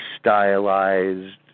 stylized